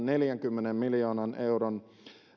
neljänkymmenen miljoonan euron